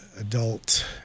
adult